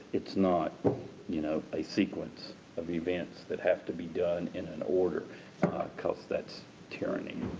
it's not you know a sequence of events that have to be done in an order because that's tyranny.